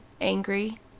angry